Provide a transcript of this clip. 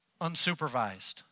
unsupervised